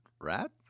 rat